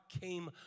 came